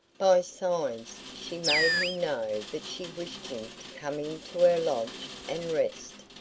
by signs she made him know that she wished him to come into her lodge and rest.